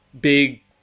big